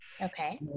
Okay